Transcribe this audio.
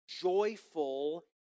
joyful